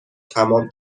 تمام